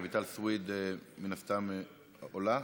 רויטל סויד, מן הסתם, עולה?